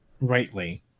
rightly